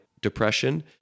depression